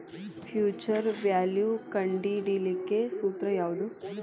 Future value ಕಂಢಿಡಿಲಿಕ್ಕೆ ಸೂತ್ರ ಯಾವ್ದು?